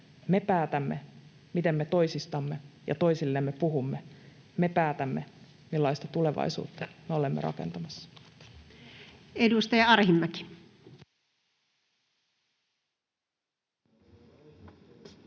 Me päätämme, miten me toisistamme ja toisillemme puhumme. Me päätämme, millaista tulevaisuutta me olemme rakentamassa. [Speech 15]